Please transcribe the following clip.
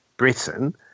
britain